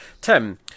Tim